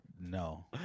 no